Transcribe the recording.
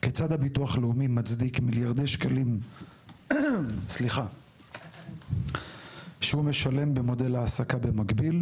כיצד הביטוח הלאומי מצדיק מיליארדי שקלים שהוא משלם למודל העסקה במקביל.